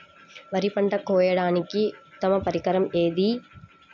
వరి పంట కోయడానికి ఉత్తమ పరికరం ఏది?